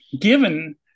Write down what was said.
given